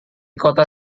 kota